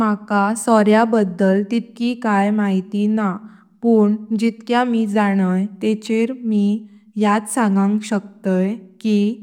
माका सोऱ्या बद्दल तितकी काईं माहिती ना पण जितक्यां मी जाणय तेंचेर मी यात सगांग शकताय की